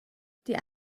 die